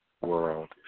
world